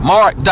Mark